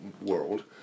world